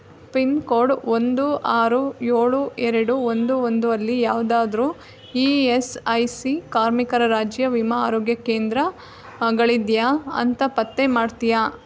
pin code ಒಂದು ಆರು ಏಳು ಎರಡು ಒಂದು ಒಂದು ಅಲ್ಲಿ ಯಾವುದಾದ್ರೂ ಇ ಎಸ್ ಐ ಸಿ ಕಾರ್ಮಿಕರ ರಾಜ್ಯ ವಿಮಾ ಆರೋಗ್ಯ ಕೇಂದ್ರಗಳಿದೆಯಾ ಅಂತ ಪತ್ತೆ ಮಾಡ್ತೀಯಾ